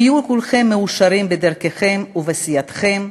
היו כולכם מאושרים בדרככם ובסיעתכם,